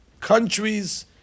countries